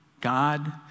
God